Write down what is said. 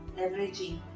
leveraging